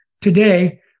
Today